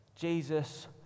Jesus